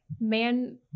man